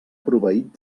proveït